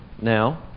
now